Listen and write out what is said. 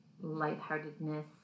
lightheartedness